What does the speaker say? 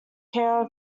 care